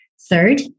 Third